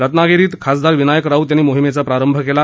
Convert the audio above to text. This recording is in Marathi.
रत्नागिरीत खासदार विनायक राऊत यांनी मोहिमेचा प्रारंभ केला